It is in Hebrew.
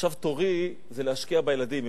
עכשיו תורי להשקיע בילדים.